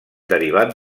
derivat